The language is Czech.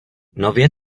nově